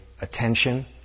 attention